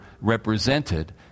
represented